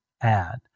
add